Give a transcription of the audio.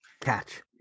catch